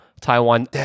Taiwan